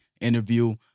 interview